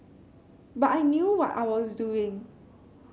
but I knew what I was doing